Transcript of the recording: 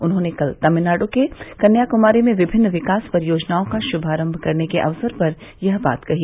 उन्होंने कल तमिलनाड् के कन्याकुमारी में विभिन्न विकास परियोजनाओं का शुनारंभ करने के अवसर पर यह बात कही